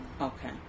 Okay